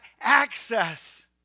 access